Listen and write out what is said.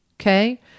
Okay